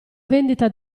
vendita